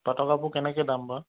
পাটৰ কাপোৰ কেনেকৈ দাম বাৰু